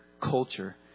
culture